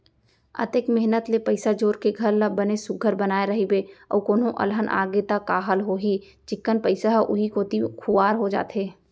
अतेक मेहनत ले पइसा जोर के घर ल बने सुग्घर बनाए रइबे अउ कोनो अलहन आगे त का हाल होही चिक्कन पइसा ह उहीं कोती खुवार हो जाथे